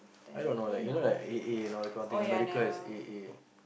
I don't know like you know like A_A know kind of thing America is A_A